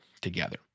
together